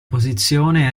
posizione